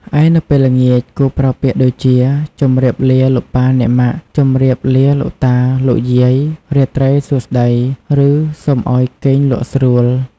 ឯ នៅពេលល្ងាច គួរប្រើពាក្យដូចជា ជម្រាបលាលោកប៉ាអ្នកម៉ាក់ ជំរាបលាលោកតាលោកយាយ រាត្រីសួស្តី ឬ សូមអោយគេងលក់ស្រួល។